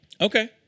Okay